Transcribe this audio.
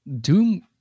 Doom